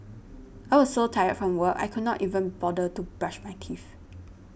I was so tired from work I could not even bother to brush my teeth